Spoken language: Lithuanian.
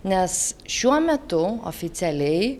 nes šiuo metu oficialiai